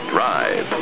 Drive